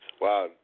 Wow